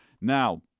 Now